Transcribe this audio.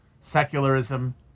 secularism